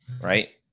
right